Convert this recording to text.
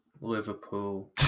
Liverpool